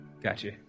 Gotcha